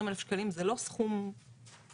ו-20,000 שקלים זה לא סכום זניח.